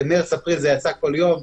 במרס-אפריל זה יצא כל יום,